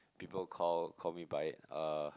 people call call me by uh